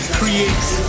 creates